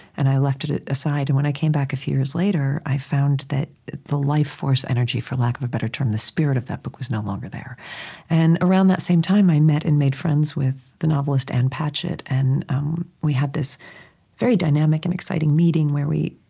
and i left it it aside. and when i came back a few years later, i found that the life force energy, for lack of a better term, the spirit of that book was no longer there and around that same time, i met and made friends with the novelist, ann patchett. and we had this very dynamic and exciting meeting where we